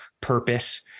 purpose